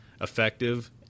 effective